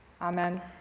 Amen